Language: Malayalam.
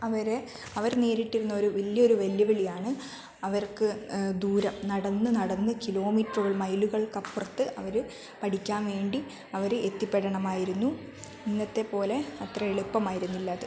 അവര് അവര് നേരിട്ടിരുന്നൊരു വല്യൊരു വെല്ലുവിളിയാണ് അവർക്ക് ദൂരം നടന്നു നടന്ന് കിലോ മീറ്ററുകൾ മൈലുകൾക്കപ്പുറത്ത് അവര് പഠിക്കാൻ വേണ്ടി അവര് എത്തിപ്പെടണമായിരുന്നു ഇന്നത്തെപോലെ അത്ര എളുപ്പമായിരുന്നില്ല അത്